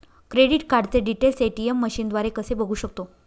Credit कार्डचे details ATM मशीनद्वारे कसे बघू शकतो?